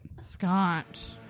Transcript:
Scotch